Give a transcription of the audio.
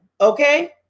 okay